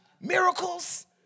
Miracles